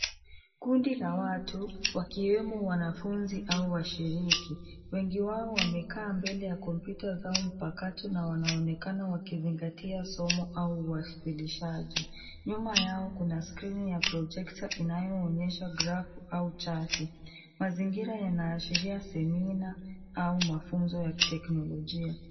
Kundi la watu wakiwemo wanafunzi au shirika. Wengi wao wamekaa mbele ya kompyuta zao mpakato na wanaonekana wakizingatia somo au wastilishaji . Nyuma yao kuna screen ya projector inayoonyesha grafu au chati. Mazingira yanaashiria semina au mafunzo ya kiteknolojia.